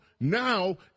now